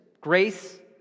Grace